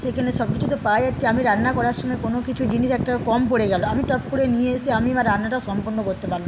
সেখানে সবকিছু তো পাওয়া যাচ্ছে আমি রান্না করার সময় কোনো কিছু জিনিস একটা কম পড়ে গেল আমি টপ করে নিয়ে এসে আমি আমার রান্নাটা সম্পূর্ণ করতে পারলাম